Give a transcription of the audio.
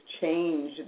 change